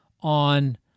on